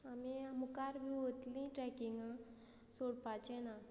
आमी मुखार बी वतली ट्रॅकिंगांक सोडपाचें ना